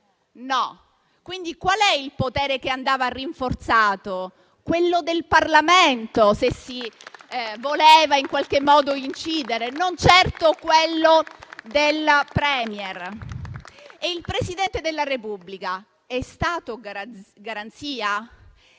No. Quindi qual è il potere che andava rinforzato? Quello del Parlamento, se si voleva in qualche modo incidere, non certo quello del *Premier*. Il Presidente della Repubblica è stato di garanzia?